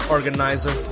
Organizer